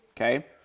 okay